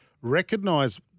recognise